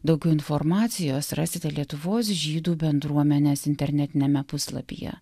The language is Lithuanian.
daugiau informacijos rasite lietuvos žydų bendruomenės internetiniame puslapyje